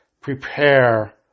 prepare